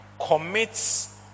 commits